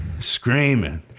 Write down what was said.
screaming